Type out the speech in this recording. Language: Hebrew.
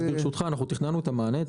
ברשותך, אנחנו הכנו את המענה.